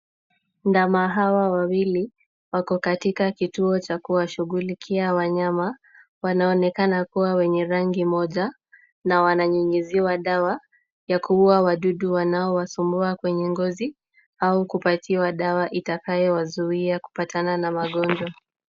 Ndama hawa wawili wako katika kituo cha kuwashughulikia wanyama, wanaonekana kuwa wenye rangi moja na wananyunyuziwa dawa ya kuuwa wadudu wanaowasumbua kwenye ngozi au kupatiwa dawa itakayowazuia kupatana na magonjwa.